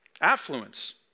Affluence